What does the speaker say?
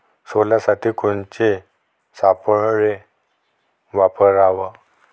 सोल्यासाठी कोनचे सापळे वापराव?